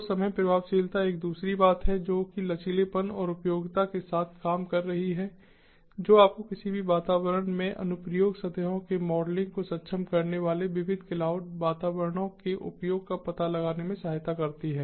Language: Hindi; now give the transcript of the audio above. तो समय प्रभावशीलता एक दूसरी बात है जो कि लचीलेपन और उपयोगिता के साथ काम कर रही है जो आपको किसी भी वातावरण में अनुप्रयोग सतहों के मॉडलिंग को सक्षम करने वाले विविध क्लाउड वातावरणों के उपयोग का पता लगाने में सहायता करती है